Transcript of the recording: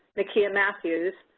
nakia matthews,